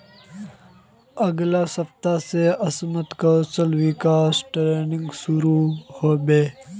अगले सप्ताह स असमत कौशल विकास ट्रेनिंग शुरू ह बे